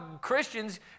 Christians